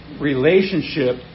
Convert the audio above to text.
relationship